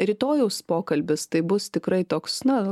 rytojaus pokalbis tai bus tikrai toks na